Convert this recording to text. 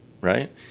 right